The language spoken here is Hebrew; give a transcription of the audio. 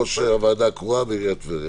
ראש הוועדה הקרואה בעיריית טבריה.